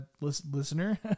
listener